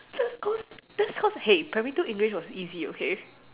that's cause that's cause hey primary two English was easy okay